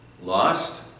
Lost